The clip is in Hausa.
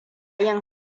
yin